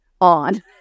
on